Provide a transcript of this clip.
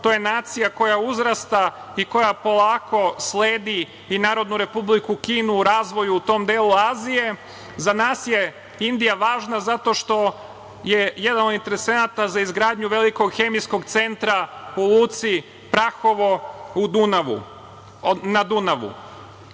To je nacija koja uzrasta i koja polako sledi i Narodnu Republiku Kinu u razvoju u tom delu Azije. Za nas je Indija važna zato što je jedan od interesenata za izgradnju velikog hemijskog centra u luci Prahovo na Dunavu. Ono